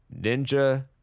Ninja